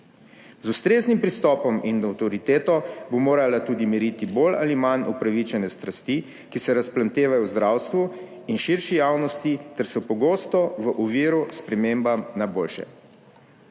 Z ustreznim pristopom in avtoriteto bo morala tudi meriti bolj ali manj upravičene strasti, ki se razplamtevajo v zdravstvu in širši javnosti ter so pogosto v oviro spremembam na boljše.